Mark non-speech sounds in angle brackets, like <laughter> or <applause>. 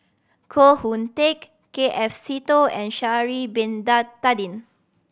Koh Hoon Teck K F Seetoh and Sha'ari Bin <unintelligible> Tadin